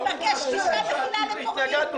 גישה מכילה לפורעים.